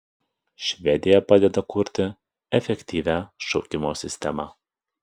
švedija padeda kurti efektyvią šaukimo sistemą